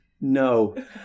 no